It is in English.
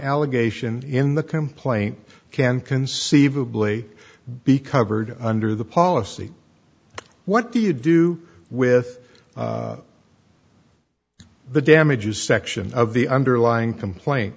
allegation in the complaint can conceivably be covered under the policy what do you do with the damages section of the underlying complain